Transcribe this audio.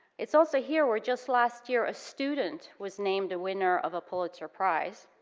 it's also here where just last year a student was named a winner of a pulitzer prize,